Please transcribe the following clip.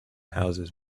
houses